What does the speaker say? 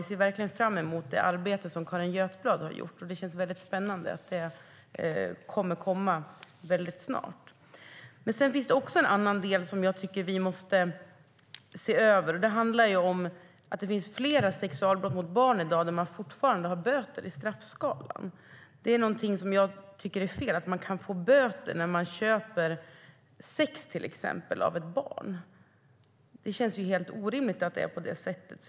Vi ser verkligen fram emot det arbete som Carin Götblad har gjort. Det känns spännande att hon kommer med sina slutsatser väldigt snart. Det finns en annan del som jag tycker att vi måste se över. Det handlar om att det finns flera sexualbrott mot barn i dag som fortfarande har böter i straffskalan. Jag tycker att det är fel att man kan få böter när man till exempel köper sex av ett barn. Det känns helt orimligt att det är på det sättet.